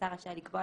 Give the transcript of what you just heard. השר רשאי לקבוע,